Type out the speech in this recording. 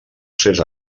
ses